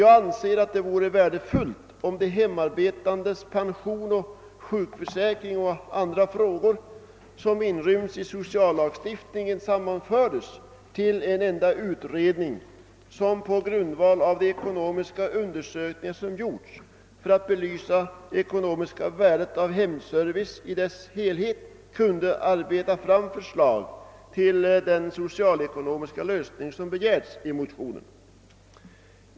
Jag anser att det vore värdefullt, om de hemarbetan des pensions-, sjukförsäkringsoch andra frågor som inrymmes i sociallagstiftningen sammanfördes till en enda utredning som på grundval av de ekonomiska undersökningar vilka gjorts för att belysa det ekonomiska värdet av hemservice i dess helhet kunde utarbeta förslag till den socialekonomiska lösning som begärts i motionerna.